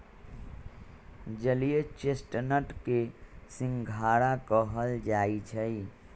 जलीय चेस्टनट के सिंघारा कहल जाई छई